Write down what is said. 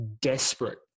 desperate